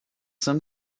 some